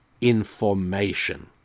information